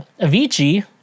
Avicii